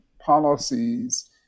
policies